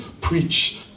preach